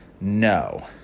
no